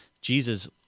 Jesus